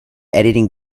editing